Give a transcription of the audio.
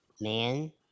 man